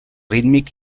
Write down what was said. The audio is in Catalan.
rítmic